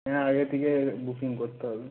হ্যাঁ আগে থেকে বুকিং করতে হবে